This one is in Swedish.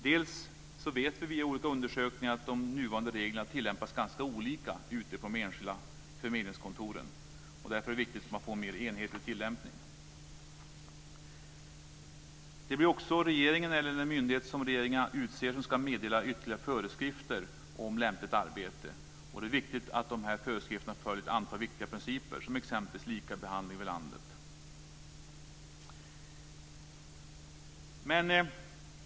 Dels vet vi också genom olika undersökningar att de nuvarande reglerna tillämpas ganska olika ute på de enskilda förmedlingskontoren. Därför är det viktigt att få en mer enhetlig tillämpning. Det blir också regeringen eller den myndighet som regeringen utser som ska meddela ytterligare föreskrifter om lämpligt arbete. Det är viktigt att de här föreskrifterna följer ett antal viktiga principer, som exempelvis lika behandling över hela landet.